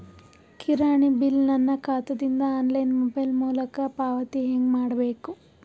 ಕಿರಾಣಿ ಬಿಲ್ ನನ್ನ ಖಾತಾ ದಿಂದ ಆನ್ಲೈನ್ ಮೊಬೈಲ್ ಮೊಲಕ ಪಾವತಿ ಹೆಂಗ್ ಮಾಡಬೇಕು?